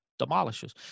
Demolishes